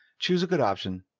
choose a good option.